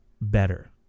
better